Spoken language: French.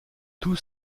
tous